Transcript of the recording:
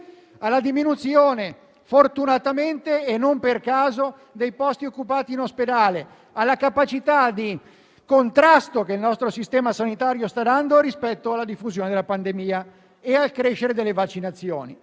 alla diminuzione - fortunatamente e non per caso - dei posti occupati in ospedale, alla capacità di contrasto che il nostro sistema sanitario sta dando rispetto alla diffusione della pandemia e al crescere delle vaccinazioni.